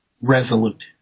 resolute